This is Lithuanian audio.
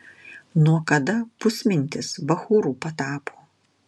nuo kada pusmentis bachūru patapo